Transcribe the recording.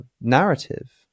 narrative